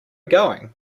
going